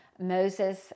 Moses